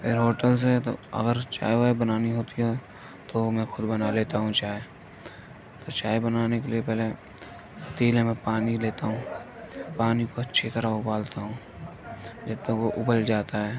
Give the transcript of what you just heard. پھر ہوٹل سے تو اگر چائے وائے بنانی ہوتی ہے تو میں خود بنا لیتا ہوں چائے تو چائے بنانے کے لیے پہلے پتیلے میں پانی لیتا ہوں پانی کو اچھی طرح اُبالتا ہوں جب تک وہ اُبل جاتا ہے